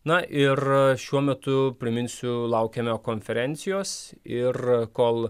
na ir šiuo metu priminsiu laukiame konferencijos ir kol